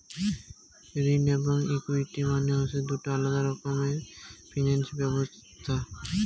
ঋণ এবং ইকুইটি মানে হসে দুটো আলাদা রকমের ফিনান্স ব্যবছস্থা